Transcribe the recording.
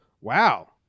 wow